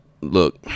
look